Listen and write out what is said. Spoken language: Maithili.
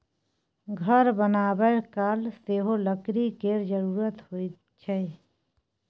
घर बनाबय काल सेहो लकड़ी केर जरुरत होइ छै